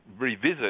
revisit